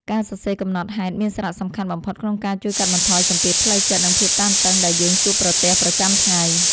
ការសរសេរកំណត់ហេតុមានសារៈសំខាន់បំផុតក្នុងការជួយកាត់បន្ថយសម្ពាធផ្លូវចិត្ត និងភាពតានតឹងដែលយើងជួបប្រទះប្រចាំថ្ងៃ។